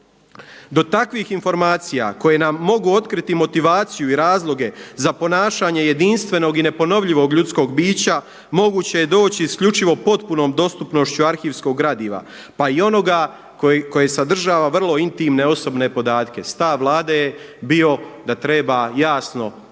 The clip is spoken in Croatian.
Do takvih informacija koje nam mogu otkriti motivaciju i razloge za ponašanje jedinstvenog i neponovljivog ljudskog bića moguće je doći isključivo potpunom dostupnošću arhivskog gradiva pa i onoga koje sadržava vrlo intimne osobne podatke. Stav Vlade je bio da treba jasno